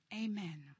Amen